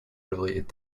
related